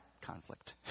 conflict